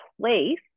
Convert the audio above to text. place